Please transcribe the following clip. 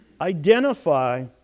Identify